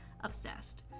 obsessed